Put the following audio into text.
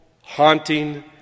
haunting